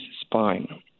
spine